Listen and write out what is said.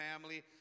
family